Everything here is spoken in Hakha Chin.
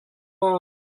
maw